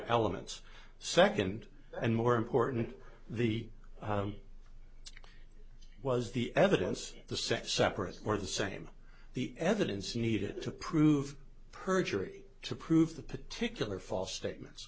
elements second and more important the was the evidence the second separate or the same the evidence needed to prove perjury to prove the particular false statements